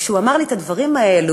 וכשהוא אמר לי את הדברים האלה,